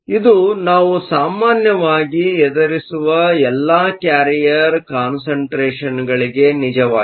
ಇದು ನಾವು ಸಾಮಾನ್ಯವಾಗಿ ಎದುರಿಸುವ ಎಲ್ಲಾ ಕ್ಯಾರಿಯರ್ ಕಾನ್ಸಂಟ್ರೇಷನ್Carrier concentrationಗಳಿಗೆ ನಿಜವಾಗಿದೆ